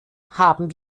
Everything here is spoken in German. haben